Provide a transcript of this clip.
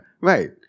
right